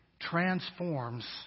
transforms